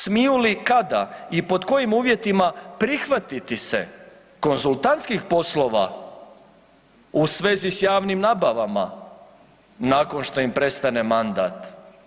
Smiju li, kada i pod kojim uvjetima prihvatiti se konzultantskih poslova u svezi s javnim nabavama nakon što im prestane mandat?